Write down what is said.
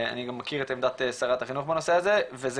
אני גם מכיר את עמדת שרת החינוך בנושא הזה וזה